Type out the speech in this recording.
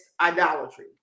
idolatry